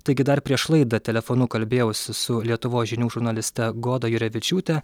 taigi dar prieš laidą telefonu kalbėjausi su lietuvos žinių žurnaliste goda jurevičiūte